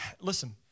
Listen